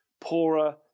poorer